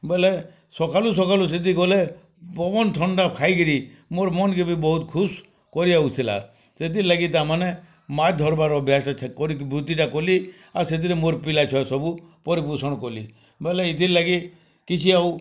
ବେଲେ ସକାଲୁ ସକାଲୁ ସେଇଠି ଗଲେ ପବନ ଥଣ୍ଡା ଖାଇ କିରି ମୋର ମନ୍ କେ ବି ବହୁତ୍ ଖୁସ୍ କରି ଆଉ ଥିଲା ସେଥିର୍ ଲାଗି ତାମାନେ ମାଛ୍ ଧରବାର୍ ଅଭ୍ୟାସ କରିକି ବୃତ୍ତିଟା କଲି ଆଉ ସେଥିରେ ମୋର ପିଲା ଛୁଆ ସବୁ ପରି ପୋଷଣ କଲି ଭଲ ଏଥିର୍ ଲାଗି କିଛି ଆଉ